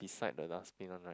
is like the last thing one right